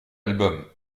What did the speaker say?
album